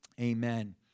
Amen